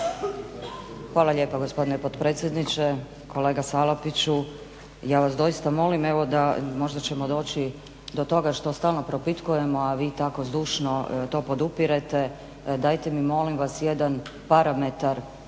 Hvala lijepa gospodine potpredsjedniče. Kolega Salapiću, ja vas doista molim evo možda ćemo doći do toga što stalno propitkujemo, a vi tako zdušno to podupirete, dajte mi molim vas jedan parametar